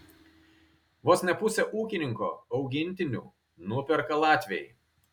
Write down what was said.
vos ne pusę ūkininko augintinių nuperka latviai